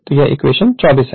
तो यह इक्वेशन 24 है